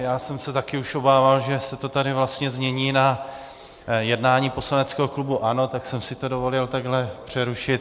Já jsem se také už obával, že se to tady změní na jednání poslaneckého klubu ANO, tak jsem si to dovolil takhle přerušit.